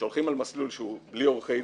שהולכים על מסלול שהוא בלי עורכי דין